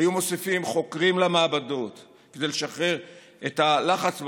היו מוסיפים חוקרים למעבדות כדי לשחרר את הלחץ במעבדות,